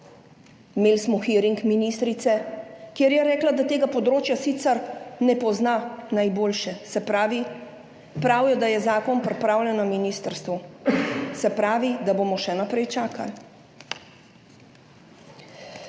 Imeli smo hearing ministrice, kjer je rekla, da tega področja sicer ne pozna najboljše. Pravijo, da je zakon pripravljen na ministrstvu, se pravi, da bomo še naprej čakali.